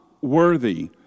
worthy